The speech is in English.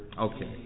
Okay